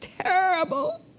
terrible